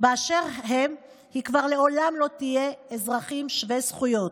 באשר הם כבר לעולם לא יהיו אזרחים שווי זכויות?